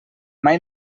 mai